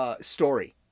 story